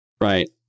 Right